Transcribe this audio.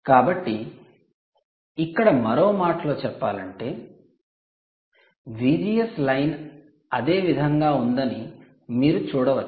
కాబట్టి ఇక్కడ మరో మాటలో చెప్పాలంటే VGS లైన్ అదే విధంగా ఉందని మీరు చూడవచ్చు